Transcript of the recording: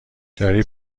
داری